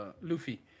Luffy